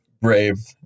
brave